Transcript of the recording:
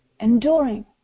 enduring